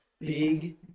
big